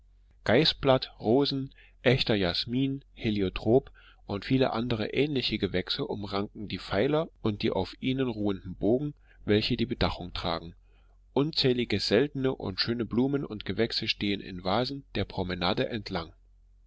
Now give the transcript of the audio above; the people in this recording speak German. geißblatt rosen echter jasmin heliotrop und viele andere ähnliche gewächse umranken die pfeiler und die auf ihnen ruhenden bogen welche die bedachung tragen unzählige seltene und schöne blumen und gewächse stehen in vasen der promenade entlang